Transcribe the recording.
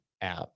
app